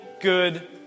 good